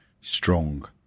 strong